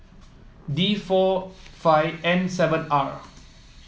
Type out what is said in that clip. D four five N seven R